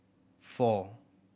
four